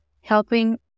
helping